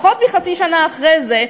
פחות מחצי שנה אחרי זה,